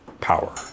power